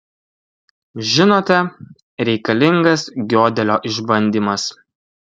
žinote reikalingas giodelio išbandymas